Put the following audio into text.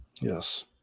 Yes